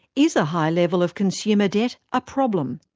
is a high level of consumer debt a problem?